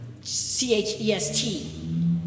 C-H-E-S-T